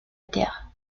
terre